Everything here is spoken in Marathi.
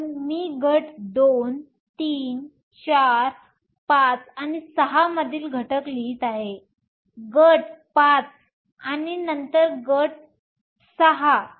म्हणून मी गट II III IV V आणि VI मधील घटक लिहित आहे गट V आणि नंतर गट VI